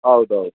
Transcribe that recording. ಹೌದ್ ಹೌದ್